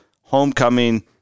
homecoming